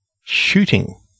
shooting